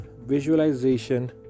visualization